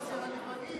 אף אחד לא אמר שהלבנים,